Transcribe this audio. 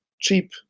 cheap